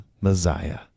Messiah